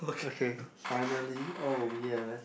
okay finally oh ya man